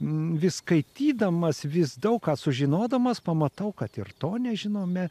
vis skaitydamas vis daug ką sužinodamas pamatau kad ir to nežinome